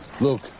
Look